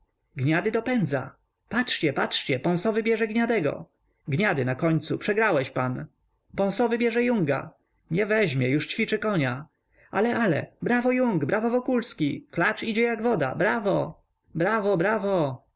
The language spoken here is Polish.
robi gniady dopędza patrzcie patrzcie pąsowy bierze gniadego gniady na końcu przegrałeś pan pąsowy bierze yunga nie weźmie już ćwiczy konia ale ale brawo yung brawo wokulski klacz idzie jak woda brawo brawo brawo